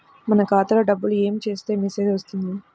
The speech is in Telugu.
మన ఖాతాలో డబ్బులు ఏమి చేస్తే మెసేజ్ వస్తుంది?